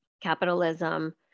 capitalism